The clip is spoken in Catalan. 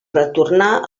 retornar